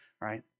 right